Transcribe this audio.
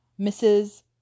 mrs